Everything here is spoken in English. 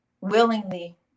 willingly